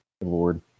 Lord